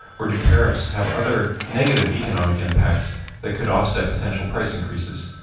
or do tariffs have other negative economic impacts that could offset potential price increases?